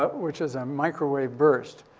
ah which is a microwave burst.